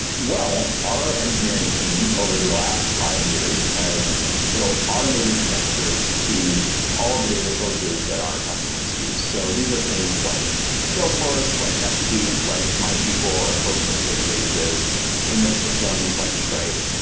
well, our engineering team over the last five years has built automated connectors to all of the data sources that our customers use. so these are things like salesforce, like netsuite, like mysql or postgres, databases payment systems like stripe.